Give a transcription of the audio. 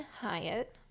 Hyatt